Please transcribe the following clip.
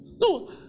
no